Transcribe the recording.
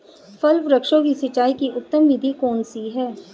फल वृक्षों की सिंचाई की उत्तम विधि कौन सी है?